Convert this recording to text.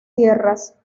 sierras